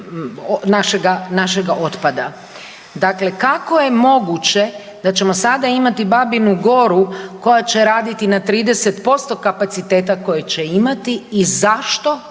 našega otpada. Dakle, kako je moguće da ćemo sada imati Babinu Goru koja će raditi na 30% kapaciteta koje će imati i zašto,